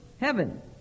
heaven